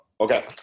Okay